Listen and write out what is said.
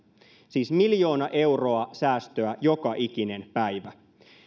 siis miljoona euroa säästöä joka ikinen päivä